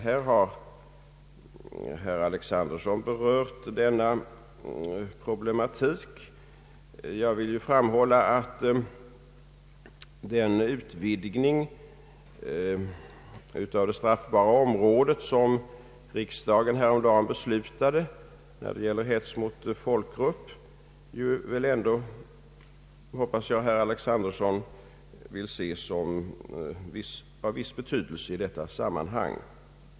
Herr Alexanderson har berört denna problematik. Den utvidgning av det straffbara området som riksdagen häromdagen beslutade om när det gäller hets mot folkgrupp hoppas jag ändå att herr Alexanderson vill se som betydelsefull i detta sammanhang.